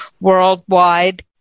worldwide